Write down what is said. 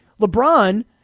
LeBron